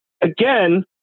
again